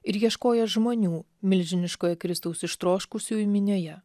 ir ieškojo žmonių milžiniškoje kristaus ištroškusiųjų minioje